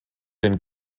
den